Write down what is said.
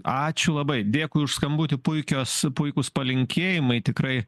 ačiū labai dėkui už skambutį puikios puikūs palinkėjimai tikrai